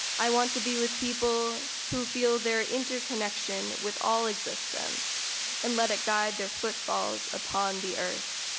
i want to be with people who feel their interconnection with all existence and let it guide their foot falls upon the earth.